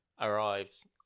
arrives